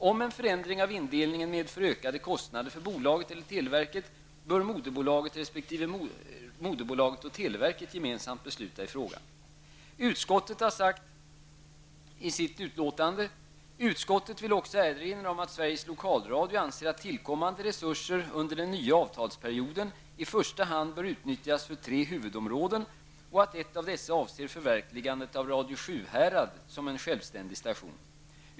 Om en förändring av indelningen medför ökade kostnader för bolaget eller televerket, bör moderbolaget resp. moderbolaget och televerket gemensamt besluta i frågan. Utskottet säger i sitt betänkande: Utskottet vill också erinra om att Sveriges Lokalradio anser att tillkommande resurser under den nya avtalsperioden i första hand bör utnyttjas för tre huvudområden och att ett av dessa avser förverkligandet av Radio Sjuhärad som en självständig station.